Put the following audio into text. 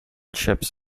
chips